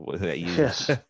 Yes